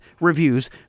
reviews